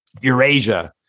Eurasia